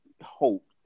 hope